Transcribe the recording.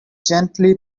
gently